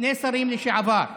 שני שרים לשעבר,